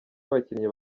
abakinnyi